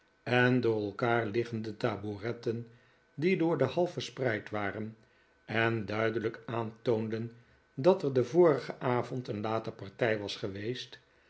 en door elkaar liggende tabouretten die door de hall verspreid waren en duidelijk aantoonden dat er den vorigen avond een late partij was geweest